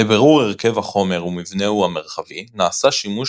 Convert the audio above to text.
לבירור הרכב החומר ומבנהו המרחבי נעשה שימוש